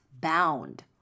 bound